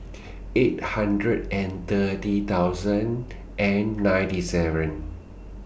eight hundred and thirty thousand and ninety seven